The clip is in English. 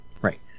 Right